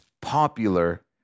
popular